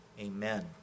amen